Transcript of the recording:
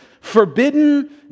forbidden